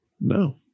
No